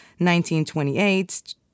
1928